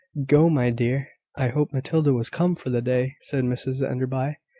go, my dear. i hoped matilda was come for the day, said mrs enderby.